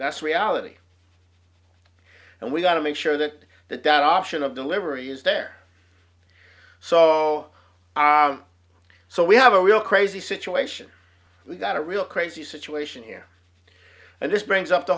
that's reality and we've got to make sure that that that option of delivery is there so so we have a real crazy situation we've got a real crazy situation here and this brings up the